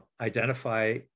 identify